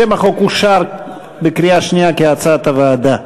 שם החוק אושר בקריאה שנייה כהצעת הוועדה.